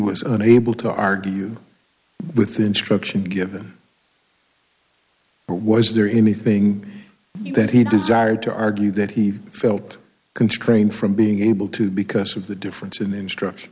was unable to argue with the instruction given but was there anything new that he desired to argue that he felt constrained from being able to because of the difference in the instruction